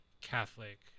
catholic